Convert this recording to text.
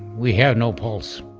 we have no pulse